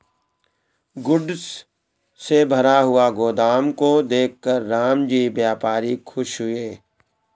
goods से भरा हुआ गोदाम को देखकर रामजी व्यापारी खुश हुए